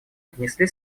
внесли